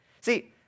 See